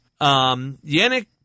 Yannick